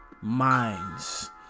minds